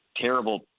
terrible